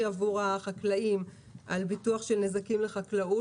עבור החקלאים על ביטוח של נזקים לחקלאות,